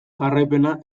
jarraipena